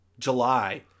July